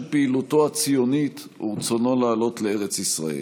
פעילותו הציונית ורצונו לעלות לארץ ישראל.